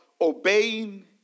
obeying